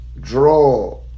draw